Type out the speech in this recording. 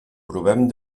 provem